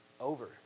over